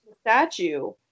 statue